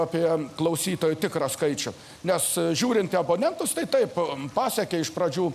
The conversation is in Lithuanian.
apie klausytojų tikrą skaičių nes žiūrint į abonentus tai taip pasiekė iš pradžių